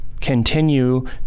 Continue